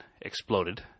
exploded